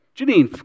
Janine